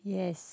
yes